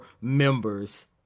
members